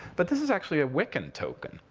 but this is actually a wiccan token.